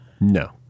No